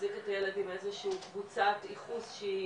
ומחזיק את הילד עם איזושהי קבוצת ייחוס שהיא